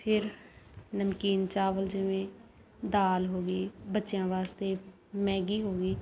ਫਿਰ ਨਮਕੀਨ ਚਾਵਲ ਜਿਵੇਂ ਦਾਲ ਹੋ ਗਈ ਬੱਚਿਆਂ ਵਾਸਤੇ ਮੈਗੀ ਹੋ ਗਈ